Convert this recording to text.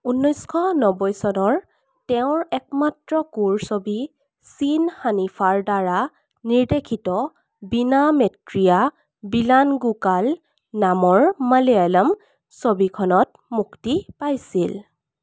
ঊনৈছশ নব্বৈ চনৰ তেওঁৰ একমাত্ৰ কোৰ ছবি চিন হানিফাৰ দ্বাৰা নিৰ্দেশিত বীণা মেট্ৰিয়া বিলানগুকাল নামৰ মালয়ালম ছবিখনত মুক্তি পাইছিল